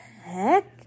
heck